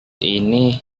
ini